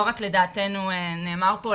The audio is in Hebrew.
לא רק לדעתנו נאמר פה,